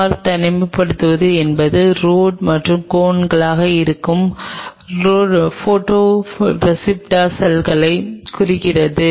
ஆரை தனிமைப்படுத்துவது என்பது ரோட் மற்றும் கோன்னாக இருக்கும் போடோரிஸ்ப்ட்டோர் செல்களை குறிக்கிறது